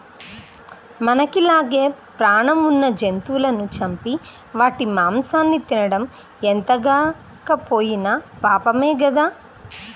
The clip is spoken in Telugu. మనకి లానే పేణం ఉన్న జంతువులను చంపి వాటి మాంసాన్ని తినడం ఎంతగాకపోయినా పాపమే గదా